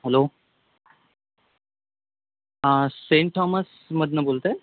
hello हां saint थॉमसमधून बोलत आहे